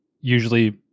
usually